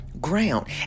ground